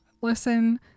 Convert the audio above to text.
listen